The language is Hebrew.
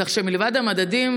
כך שמלבד המדדים,